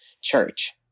church